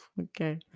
Okay